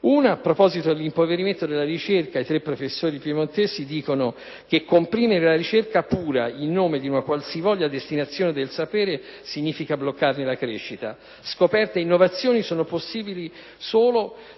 è a proposito dell'impoverimento della ricerca. I tre professori piemontesi affermano che: «Comprimere la ricerca pura in nome di una qualsivoglia destinazione del sapere significa bloccarne la crescita. Scoperte e innovazioni sono possibili